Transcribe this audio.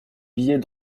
billet